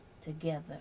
Together